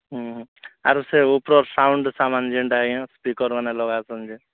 ଉଁ ଆରୁ ସେ ଓଫର ସାଉଣ୍ଡ୍ ସାମାନ୍ ଯେନ୍ତା କି ସ୍ପିକର୍ ମାନ ଲଗାସନ୍ ଯେ